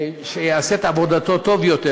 שיעשו את עבודתם טוב יותר,